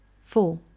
Four